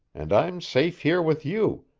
and i'm safe here with you,